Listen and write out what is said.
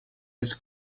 his